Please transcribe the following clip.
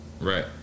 Right